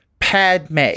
Padme